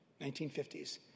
1950s